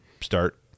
start